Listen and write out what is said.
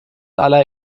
aller